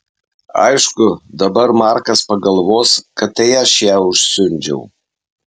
aišku dabar markas pagalvos kad tai aš ją užsiundžiau